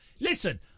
Listen